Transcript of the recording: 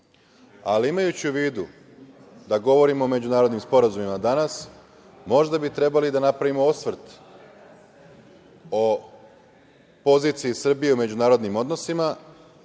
prodube. Imajući u vidu da govorim o međunarodnim sporazumima danas, možda bi trebali da napravimo osvrt o poziciji Srbije u međunarodnim odnosima